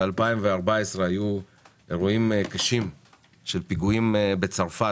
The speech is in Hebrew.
ב-2014 היו אירועים קשים של פיגועים בצרפת,